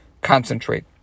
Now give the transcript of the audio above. concentrate